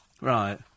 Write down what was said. Right